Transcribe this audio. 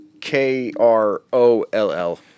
K-R-O-L-L